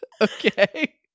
okay